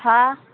હા